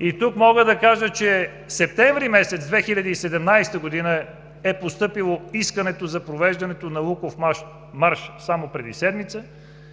И тук мога да кажа – месец септември 2017 г. че искането за провеждане на Луковмарш е постъпило само преди седмица.